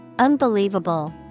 Unbelievable